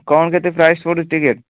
କ'ଣ କେତେ ପ୍ରାଇସ୍ ପଡ଼ୁଛି ଟିକେଟ୍